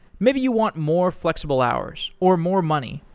maybe you want more flexible hours, or more money,